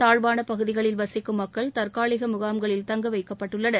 தாழ்வான பகுதிகளில் வசிக்கும் மக்கள் தற்காலிக முகாம்களில் தங்க வைக்கப்பட்டுள்ளனர்